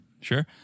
Sure